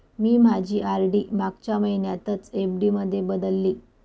मी माझी आर.डी मागच्या महिन्यातच एफ.डी मध्ये बदलली